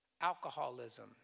alcoholism